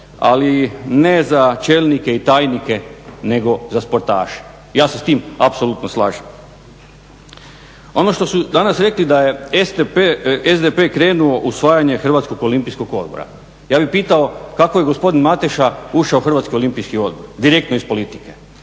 ali ne za čelnike i tajnike nego za sportaše. Ja se s tim apsolutno slažem. Ono što su danas rekli da je SDP krenuo u osvajanje Hrvatskog olimpijskog odbora. Ja bih pitao kako je gospodin Mateša ušao u Hrvatski olimpijski odbor? Direktno iz politike.